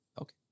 Okay